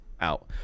out